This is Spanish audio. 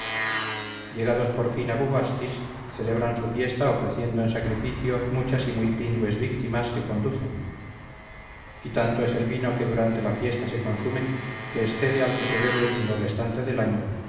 llegados por fin a bubastis celebran su fiesta ofreciendo en sacrificio muchas y muy pingües víctimas que conducen y tanto es el vino que durante la fiesta se consume que excede al que se bebe en lo restante del año